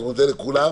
אני מודה לכולם,